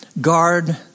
Guard